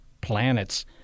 Planets